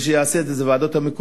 מי שיעשה את זה זה הוועדות המקומיות.